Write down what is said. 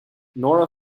nora